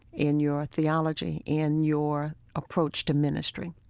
in your theology, in your approach to ministry